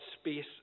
space